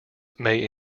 may